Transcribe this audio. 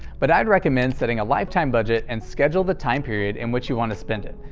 but i'd recommend setting a lifetime budget and schedule the time period in which you'll and spend it,